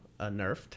nerfed